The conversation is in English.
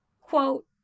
Quote